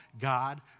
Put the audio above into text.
God